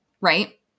right